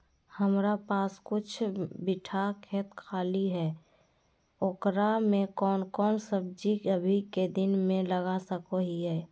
हमारा पास कुछ बिठा खेत खाली है ओकरा में कौन कौन सब्जी अभी के दिन में लगा सको हियय?